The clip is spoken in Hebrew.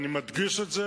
אני מדגיש את זה,